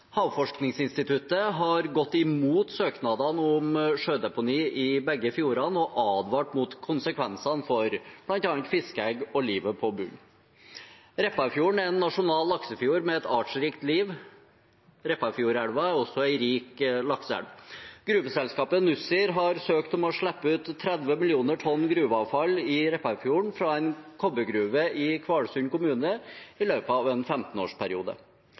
Havforskningsinstituttet har gått imot søknadene om sjødeponi i begge fjordene og advart mot konsekvensene for bl.a. fiskeegg og livet på bunnen. Repparfjorden er en nasjonal laksefjord med et artsrikt liv. Repparfjordelva er også en rik lakseelv. Gruveselskapet Nussir har søkt om å få slippe ut 30 mill. tonn gruveavfall i Repparfjorden fra en kobbergruve i Kvalsund kommune i løpet av en